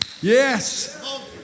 yes